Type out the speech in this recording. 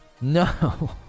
no